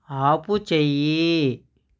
ఆపు చెయ్యి